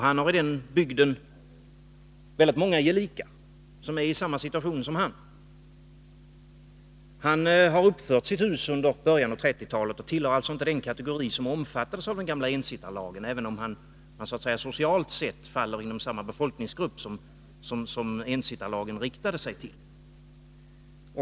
Han har i denna bygd många gelikar, som är i samma situation som han. Han har uppfört sitt hus under början av 1930-talet och tillhör alltså inte den kategori som omfattades av den gamla ensittarlagen, även om han socialt sett faller inom samma befolkningsgrupp som ensittarlagen riktade sig till.